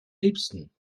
liebsten